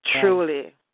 Truly